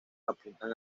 apuntan